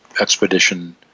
expedition